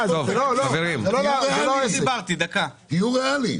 --- תהיו ריאליים.